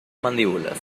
mandíbulas